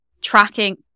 tracking